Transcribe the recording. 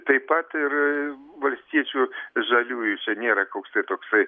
taip pat ir valstiečių žaliųjų čia nėra koks tai toksai